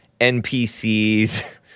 NPCs